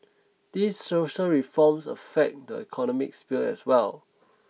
these social reforms affect the economic sphere as well